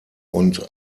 und